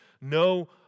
No